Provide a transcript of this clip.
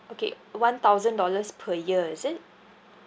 okay one thousand dollars per year is it